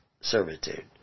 servitude